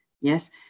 Yes